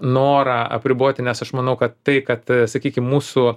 norą apriboti nes aš manau kad tai kad sakykim mūsų